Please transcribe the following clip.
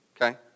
Okay